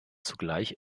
zugleich